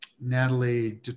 Natalie